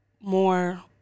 more